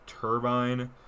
turbine